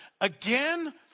Again